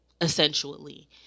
essentially